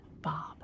bob